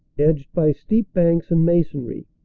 edged by steep banks and masonry.